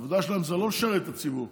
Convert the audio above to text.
העבודה שלהם היא לא לשרת את הציבור,